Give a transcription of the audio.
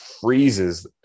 freezes